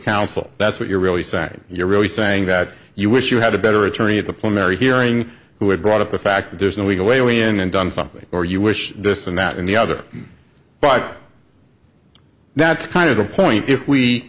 counsel that's what you're really saying you're really saying that you wish you had a better attorney at the primary hearing who had brought up the fact that there's no legal way when i'm done something or you wish this and that and the other but that's kind of the point if we